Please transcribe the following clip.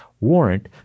warrant